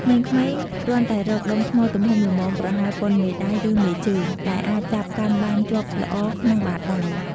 ក្មេងៗគ្រាន់តែរកដុំថ្មទំហំល្មមប្រហែលប៉ុនមេដៃ ឬមេជើង ដែលអាចចាប់កាន់បានជាប់ល្អក្នុងបាតដៃ។